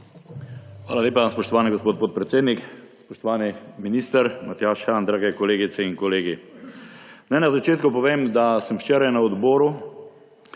Hvala lepa, spoštovani gospod podpredsednik. Spoštovani minister Matjaž Han, drage kolegice in kolegi! Naj na začetku povem, da sem včeraj na odboru